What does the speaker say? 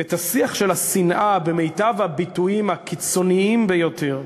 את השיח של השנאה במיטב הביטויים הקיצוניים ביותר.